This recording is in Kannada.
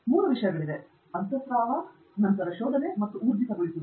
ಮೂರು ವಿಷಯಗಳಿವೆ ಅಂತಃಸ್ರಾವ ನಂತರ ಶೋಧನೆ ಮತ್ತು ಊರ್ಜಿತಗೊಳಿಸುವಿಕೆ